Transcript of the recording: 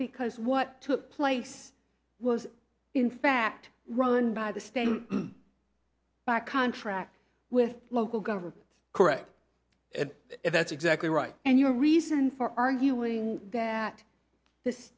because what took place was in fact run by the state by contract with local government correct and that's exactly right and your reason for arguing that th